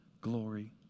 glory